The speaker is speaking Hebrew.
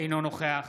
אינו נוכח